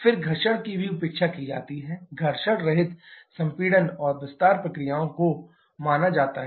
फिर घर्षण की भी उपेक्षा की जाती है घर्षण रहित संपीड़न और विस्तार प्रक्रियाओं को माना जाता है